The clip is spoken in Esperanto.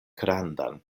grandan